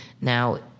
Now